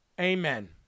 Amen